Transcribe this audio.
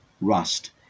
rust